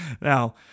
Now